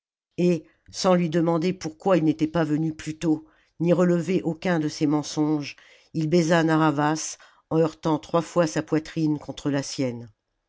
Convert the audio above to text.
et sans lui demander pourquoi il n'était pas venu plus tôt ni relever aucun de ses mensonges il bàisa narr'havas en heurtant trois fois sa poitrine contre la sienne